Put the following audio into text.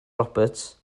roberts